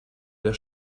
der